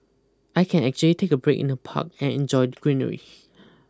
I can actually take a break in the park and enjoy the greenery